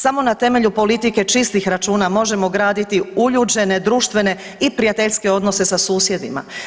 Samo na temelju politike čistih računa možemo graditi uljuđene, društvene i prijateljske odnose sa susjedima.